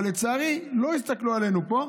אבל לצערי, לא הסתכלו עלינו פה.